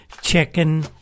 chicken